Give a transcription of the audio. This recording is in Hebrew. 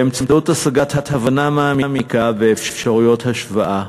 באמצעות השגת הבנה מעמיקה ואפשרויות השוואה.